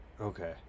okay